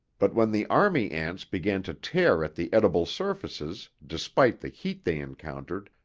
but when the army ants began to tear at the edible surfaces despite the heat they encountered,